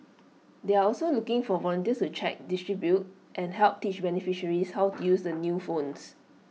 they're also looking for volunteers to check distribute and help teach beneficiaries how to use the new phones